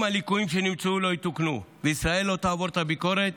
אם הליקויים שנמצאו לא יתוקנו וישראל לא תעבור את הביקורת,